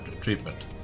treatment